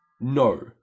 no